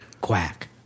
Quack